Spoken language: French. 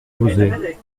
oser